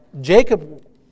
Jacob